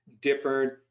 different